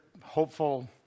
hopeful